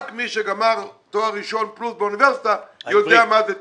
רק מי שגמר תואר ראשון פלוס באוניברסיטה יודע מה זה טיפול.